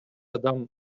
адам